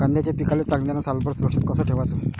कांद्याच्या पिकाले चांगल्यानं सालभर सुरक्षित कस ठेवाचं?